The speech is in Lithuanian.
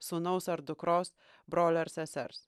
sūnaus ar dukros brolio ar sesers